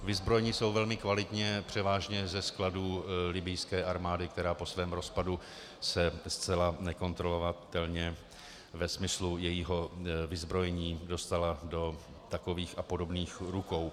Vyzbrojeni jsou velmi kvalitně převážně ze skladů libyjské armády, která se po svém rozpadu zcela nekontrolovatelně ve smyslu jejího vyzbrojení dostala do takových a podobných rukou.